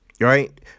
right